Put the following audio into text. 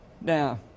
Now